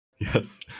Yes